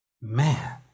man